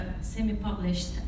semi-published